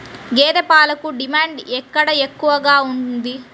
గేదె పాలకు డిమాండ్ ఎక్కడ ఎక్కువగా ఉంది?